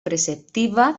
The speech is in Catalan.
preceptiva